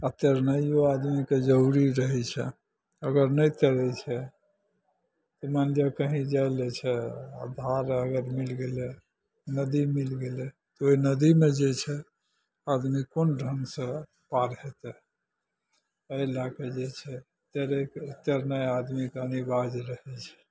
आओर तैरनाइओ आदमीके जरूरी रहै छै अगर नहि तैरै छै तऽ मानि लिअऽ कहीँ जाए ले छै आओर धार अगर मिलि गेलै नदी मिलि गेलै तऽ ओहि नदीमे जे छै आदमी कोन ढङ्गसे पार हेतै एहि लैके जे छै तैरेके तैरनाइ आदमीके अनिवार्य रहै छै